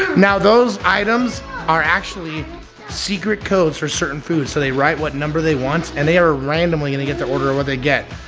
now those items are actually secret codes for certain foods so they write what number they want and they are randomly gonna get their order of what they get,